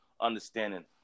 understanding